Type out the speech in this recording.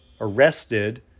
arrested